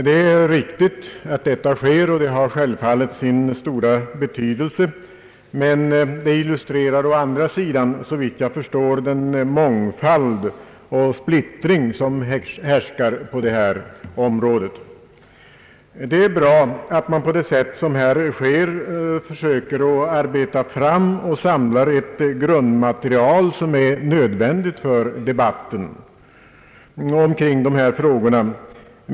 Det är riktigt att detta arbete pågår, och det har självfallet sin stora betydelse, men det illustrerar å andra sidan såvitt jag förstår de stora splittringar som härskar på detta område. Det är bra att man på det sätt som här sker försöker arbeta fram och samla ett grundmaterial som är nödvändigt för debatten omkring dessa frågor.